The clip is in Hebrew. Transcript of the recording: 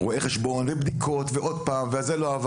רואה חשבון ובדיקות ועוד פעם וזה לא היה